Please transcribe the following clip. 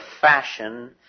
fashion